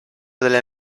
delle